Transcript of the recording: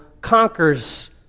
conquers